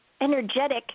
energetic